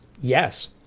Yes